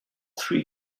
three